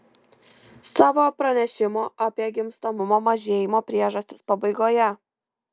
savo pranešimo apie gimstamumo mažėjimo priežastis pabaigoje